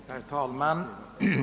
Herr talman!